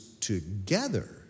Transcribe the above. together